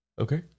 Okay